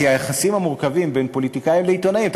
כי היחסים המורכבים בין פוליטיקאים לעיתונאים,